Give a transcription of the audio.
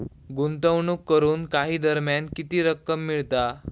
गुंतवणूक करून काही दरम्यान किती रक्कम मिळता?